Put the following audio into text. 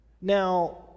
now